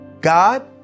God